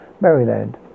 Maryland